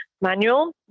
manual